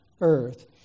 earth